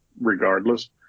regardless